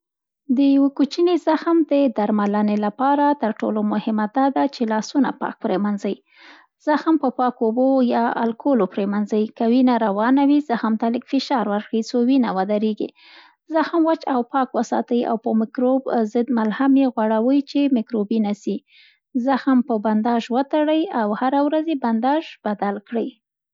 د یوه کوچني زخم د درملنې لپاره تر ټولو مهمه دا ده چي لاسونه پاک پرېمينځئ. زخم په پاکو اوبو او یا الکول پرېمينځئ. که وينه روانه وي، زخم ته لږ فشار ورکړئ څو وینه ودرېږي. زخم وچ او پاک وساتئ او په مکروب ضد ملحلم یې غوړوئ، چي میکروبي نه سي. زخم په بنداژ وتړئ او هره ورځ یې بنډاژ بدل کړئ.